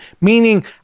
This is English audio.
Meaning